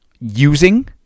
using